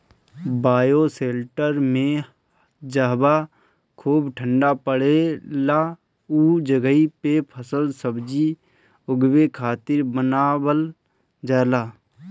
bioshelter में जहवा खूब ठण्डा पड़ेला उ जगही पे फल सब्जी उगावे खातिर बनावल जाला